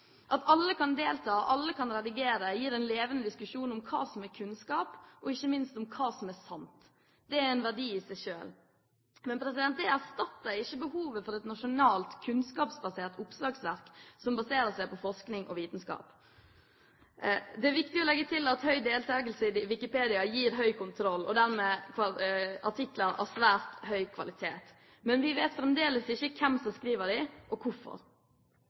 At alle kan delta, alle kan redigere, gir en levende diskusjon om hva som er kunnskap, og ikke minst om hva som er sant. Det er en verdi i seg selv. Men det erstatter ikke behovet for et nasjonalt kunnskapsbasert oppslagsverk som baserer seg på forskning og vitenskap. Det er viktig å legge til at høy deltakelse i Wikipedia gir høy kontroll, og dermed artikler av svært høy kvalitet, men vi vet fremdeles ikke hvem som skriver dem, og hvorfor.